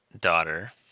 daughter